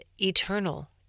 eternal